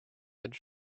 edge